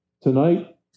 Tonight